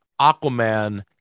Aquaman